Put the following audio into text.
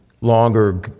longer